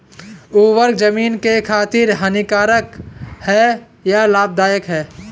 उर्वरक ज़मीन की खातिर हानिकारक है या लाभदायक है?